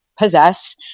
possess